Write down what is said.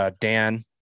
Dan